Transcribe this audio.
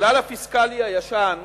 הכלל הפיסקלי הישן,